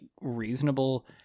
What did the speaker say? reasonable